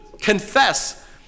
confess